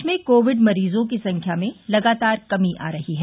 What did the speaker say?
प्रदेश में कोविड मरीजों की संख्या में लगातार कमी आ रही है